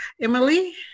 Emily